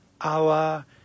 Allah